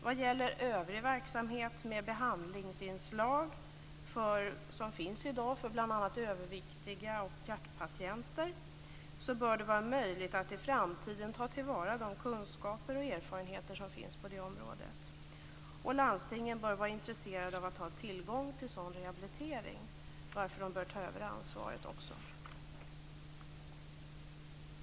Vad gäller övrig verksamhet med behandlingsinslag som finns för bl.a. överviktiga och hjärtpatienter bör det vara möjligt att i framtiden ta till vara de kunskaper och erfarenheter som finns på det området. Landstingen bör vara intresserade av att ha tillgång till sådan rehabilitering, varför de också bör ta över ansvaret.